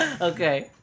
Okay